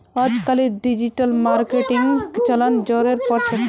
अजकालित डिजिटल मार्केटिंगेर चलन ज़ोरेर पर छोक